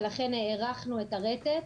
ולכן הארכנו את הרטט.